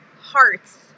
hearts